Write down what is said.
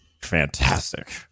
fantastic